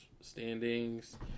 Standings